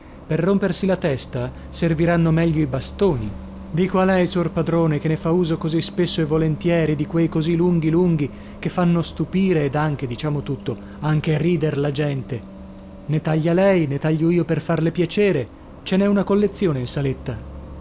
per rompersi la testa serviranno meglio i bastoni dico a lei sor padrone che na fa uso così spesso e volentieri di quei così lunghi lunghi che fanno stupire ed anche diciamo tutto anche rider la gente ne taglia lei ne taglio io per farle piacere ce n'è una collezione in saletta